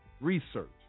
research